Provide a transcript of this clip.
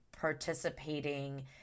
participating